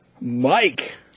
Mike